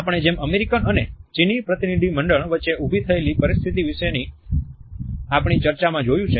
આપણે જેમ અમેરીકન અને ચીની પ્રતિનિધિમંડળ વચ્ચે ઉભી થયેલી પરિસ્થિતિ વિશેની આપણી ચર્ચામાં જોયું છે